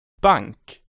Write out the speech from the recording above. Bank